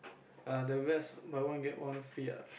err the rest buy one get one free ah